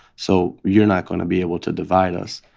so you're not going to be able to divide us.